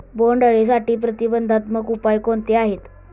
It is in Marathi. बोंडअळीसाठी प्रतिबंधात्मक उपाय कोणते आहेत?